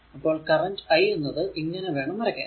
അപ്പോൾ current I എന്നത് ഇങ്ങനെ വേണം വരയ്ക്കാൻ